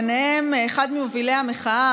ביניהם אחד ממובילי המחאה,